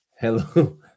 Hello